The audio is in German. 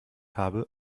habe